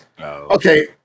okay